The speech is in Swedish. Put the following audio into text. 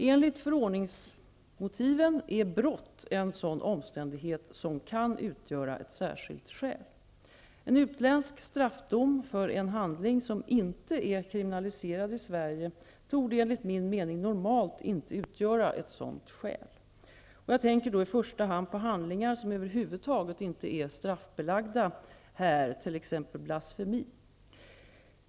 Enligt förordningsmotiven är brott en sådan omständighet som kan utgöra ett särskilt skäl. En utländsk straffdom för en handling som inte är kriminaliserad i Sverige torde enligt min mening normalt inte utgöra ett sådant skäl. Jag tänker då i första hand på handlingar som över huvud taget inte är straffbelagda här, t.ex. blasfemi.